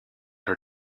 her